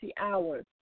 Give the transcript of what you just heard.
hours